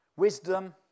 wisdom